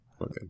okay